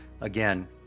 again